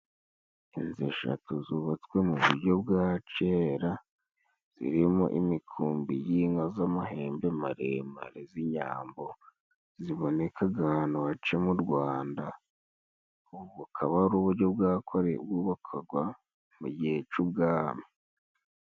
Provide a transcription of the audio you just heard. Inzu eshatu zubatswe mu buryo bwa cyera zirimo imikumbi y'inka z'amahembe maremare z'inyambo zibonekaga ahantu hacye mu rwanda bukaba ari uburyo bwubakwaga mu gihe c'ubwami.